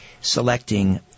selecting